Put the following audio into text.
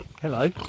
Hello